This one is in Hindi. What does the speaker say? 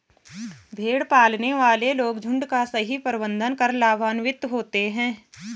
भेड़ पालने वाले लोग झुंड का सही प्रबंधन कर लाभान्वित होते हैं